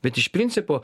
bet iš principo